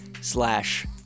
slash